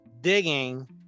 digging